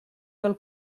del